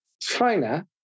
China